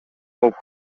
болуп